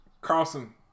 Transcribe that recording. Carlson